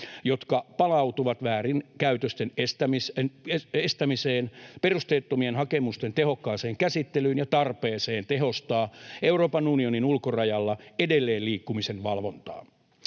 jotka palautuvat väärinkäytösten estämiseen, perusteettomien hakemusten tehokkaaseen käsittelyyn ja tarpeeseen tehostaa Euroopan unionin ulkorajalla edelleen liikkumisen valvontaa.